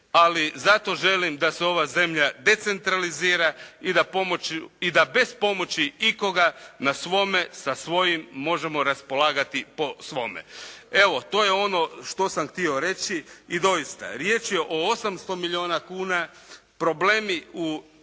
Ali zato želim da se ova zemlja decentralizira i da pomoću, i da bez pomoći ikoga na svome, sa svojim možemo raspolagati po svome. Evo, to je ono što sam htio reći. I doista, riječ je o 800 milijuna kuna. Problemi u